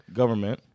government